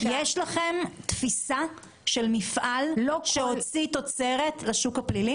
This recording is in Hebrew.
יש לכם תפיסה של מפעל שהוציא תוצרת לשוק הפלילי?